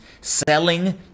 selling